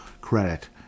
credit